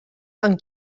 amb